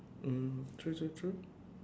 mm true true true